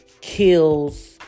kills